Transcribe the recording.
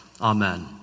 amen